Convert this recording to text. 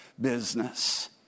business